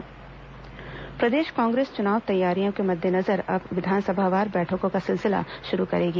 कांग्रेस बैठक प्रदेश कांग्रेस चुनाव तैयारियों के मद्देनजर अब विधानसभावार बैठकों का सिलसिला शुरू करेगी